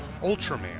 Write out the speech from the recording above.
Ultraman